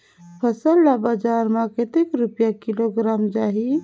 फसल ला बजार मां कतेक रुपिया किलोग्राम जाही?